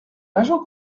l’agent